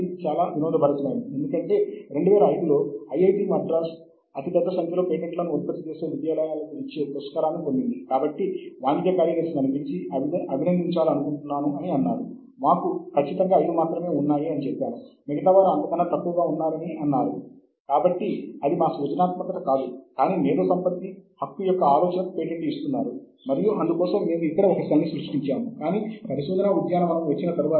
మరియు వాటిలో కొన్ని మనకు చాలా సందర్భోచితంగా ఉంటాయి ఆపై మనము వాటిని ఎంచుకుంటాము ఆపై తరువాత ఆయా పత్రాలను చూస్తాము ఆ ప్రత్యేక పత్రాలను ఉదహరిస్తాము